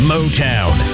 Motown